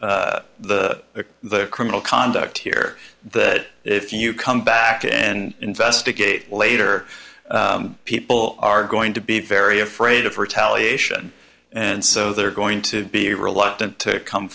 the the criminal conduct here that if you come back and investigate later people are going to be very afraid of retaliation and so they're going to be reluctant to come